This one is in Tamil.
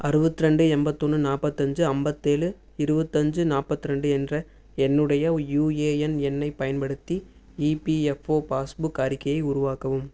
அறுபத்ரெண்டு எண்பத்தொன்னு நாற்பத்தஞ்சு ஐம்பத்தேழு இருபத்தஞ்சு நாற்பத்ரெண்டு என்ற என்னுடைய யுஏஎன் எண்ணைப் பயன்படுத்தி இபிஎஃப்ஓ பாஸ்புக் அறிக்கையை உருவாக்கவும்